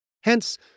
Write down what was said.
Hence